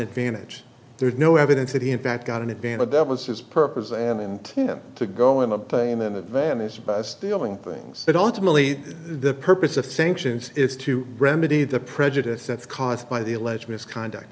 advantage there's no evidence that he in fact got an advantage that was his purpose and him to go and obtain an advantage by stealing things but ultimately the purpose of sanctions is to remedy the prejudice that's caused by the alleged misconduct